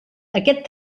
aquest